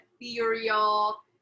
ethereal